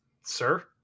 Sir